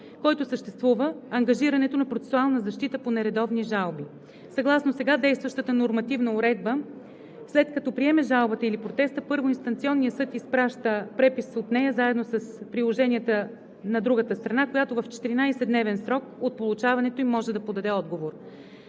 който съществува – ангажирането на процесуална защита по нередовни жалби. Съгласно сега действащата нормативна уредба, след като приеме жалбата или протеста, първоинстанционният съд изпраща препис от нея заедно с приложенията на другата страна, която в 14-дневен срок от получаването ѝ може да подаде отговор.